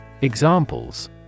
Examples